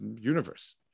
universe